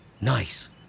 Nice